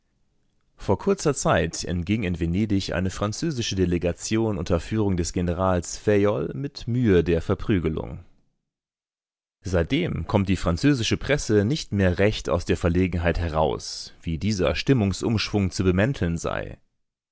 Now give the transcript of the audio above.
vor kurzer zeit entging in venedig eine französische delegation unter führung des generals fayolle mit mühe der verprügelung seitdem kommt die französische presse nicht mehr recht aus der verlegenheit heraus wie dieser stimmungsumschwung zu bemänteln sei